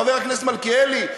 חבר הכנסת מלכיאלי,